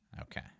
Okay